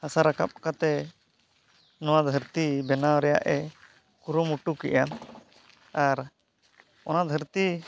ᱦᱟᱥᱟ ᱨᱟᱠᱟᱵ ᱠᱟᱛᱮ ᱱᱚᱣᱟ ᱫᱷᱟᱹᱨᱛᱤ ᱵᱮᱱᱟᱣ ᱨᱮᱭᱟᱜᱼᱮ ᱠᱩᱨᱩᱢᱩᱴᱩ ᱠᱮᱜᱼᱟ ᱟᱨ ᱚᱱᱟ ᱫᱷᱟᱹᱨᱛᱤ